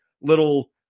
little